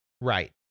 Right